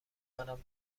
منم